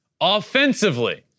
Offensively